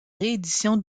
rééditions